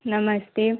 नमस्ते